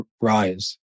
rise